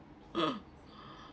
mm